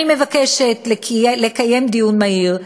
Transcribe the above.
אני מבקשת לקיים דיון מהיר,